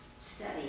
Study